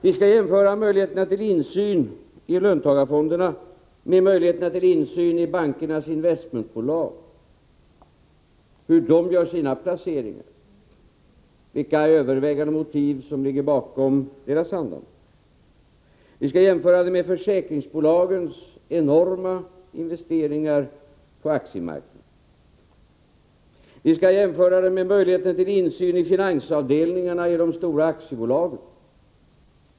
Vi skall jämföra möjligheterna till insyn i löntagarfonderna med möjligheter till insyn i bankernas investmentbolag, möjligheterna att undersöka hur de gör sina placeringar, vilka överväganden och motiv som ligger bakom deras handlande. Vi skall jämföra med försäkringsbolagens enorma investeringar på aktiemarknaden, jämföra med möjligheterna till insyn i finansavdelningarna på de stora aktiebolagen.